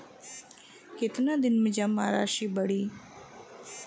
कितना दिन में जमा राशि बढ़ी?